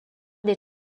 des